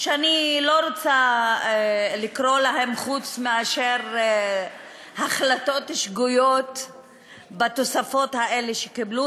שאני לא רוצה לקרוא להן אלא החלטות שגויות בתוספות האלה שקיבלו,